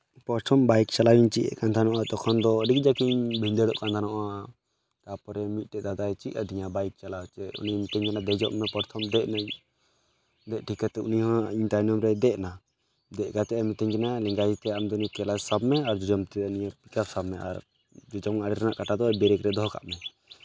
ᱯᱨᱚᱛᱷᱚᱢ ᱵᱟᱭᱤᱠ ᱪᱟᱞᱟᱣ ᱤᱧ ᱪᱮᱫᱼᱮᱜ ᱠᱟᱱ ᱛᱟᱦᱮᱱᱟ ᱛᱚᱠᱷᱚᱱ ᱫᱚ ᱟᱹᱰᱤ ᱠᱟᱡᱟᱠ ᱤᱧ ᱵᱷᱤᱫᱟᱹᱲᱟᱹᱜ ᱠᱟᱱ ᱛᱟᱦᱮᱸ ᱠᱟᱱᱟ ᱱᱚᱣᱟ ᱛᱟᱨᱯᱚᱨᱮ ᱢᱤᱫᱴᱮᱡ ᱫᱟᱫᱟᱭ ᱪᱮᱫ ᱟᱹᱫᱤᱧᱟ ᱵᱟᱭᱤᱠ ᱪᱟᱞᱟᱣ ᱪᱮᱫ ᱩᱱᱤ ᱢᱮᱛᱟ ᱫᱤᱧᱟᱹᱭ ᱫᱮᱡᱚᱜ ᱢᱮ ᱯᱨᱚᱛᱷᱚᱢ ᱫᱮᱡ ᱱᱟᱹᱧ ᱫᱮᱡ ᱴᱷᱤᱠ ᱠᱟᱛᱮ ᱩᱱᱤ ᱦᱚᱸ ᱤᱧ ᱛᱟᱭᱱᱚᱢ ᱨᱮ ᱫᱮᱡ ᱮᱱᱟ ᱫᱮᱡ ᱠᱟᱛᱮ ᱮ ᱢᱤᱛᱟᱹᱧ ᱠᱟᱱᱟ ᱞᱮᱸᱜᱟ ᱛᱤᱛᱮ ᱱᱤᱭᱟᱹ ᱠᱞᱟᱪ ᱥᱟᱵ ᱢᱮ ᱟᱨ ᱡᱚᱡᱚᱢ ᱛᱤᱛᱮ ᱱᱤᱭᱟᱹ ᱥᱟᱵ ᱢᱮ ᱟᱨ ᱡᱚᱡᱚᱢ ᱟᱲᱮ ᱠᱟᱴᱟ ᱫᱚ ᱵᱨᱮᱠ ᱨᱮ ᱫᱚᱦᱚ ᱠᱟᱜ ᱢᱮ